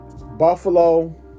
Buffalo